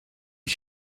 est